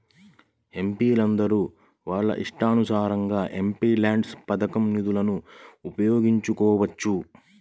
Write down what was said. ఎంపీలందరూ వాళ్ళ ఇష్టానుసారం ఎంపీల్యాడ్స్ పథకం నిధులను ఉపయోగించుకోవచ్చు